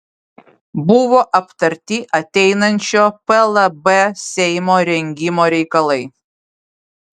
buvo aptarti ateinančio plb seimo rengimo reikalai